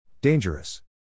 Dangerous